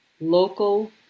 local